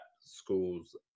schools